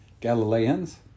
galileans